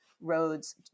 roads